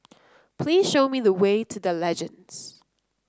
please show me the way to The Legends